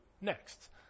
next